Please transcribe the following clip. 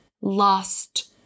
lost